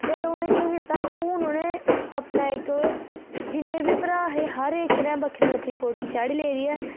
फिर उनें केह् कीता हुन उनें अपना इक जिन्ने बी भ्रा हे हर इक ने बक्खरी बक्खरी कोठी चाढ़ी लेदी ऐ